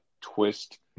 twist